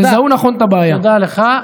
תודה לך.